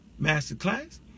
masterclass